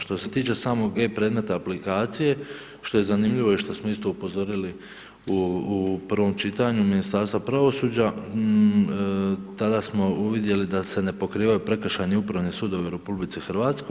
Što se tiče samog e predmeta aplikacije, što je zanimljivo i što smo isto upozorili u prvom čitanju Ministarstva pravosuđa, tada smo uvidjeli da se ne pokrivaju prekršajni i upravni sudovi u RH.